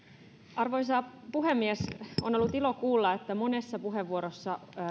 arvoisa puhemies on ollut ilo kuulla että monessa puheenvuorossa